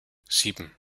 sieben